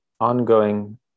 ongoing